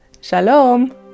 shalom